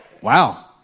Wow